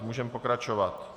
Můžeme pokračovat.